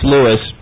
Lewis